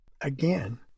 again